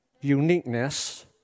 uniqueness